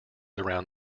around